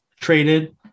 traded